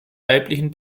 weiblichen